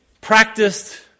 practiced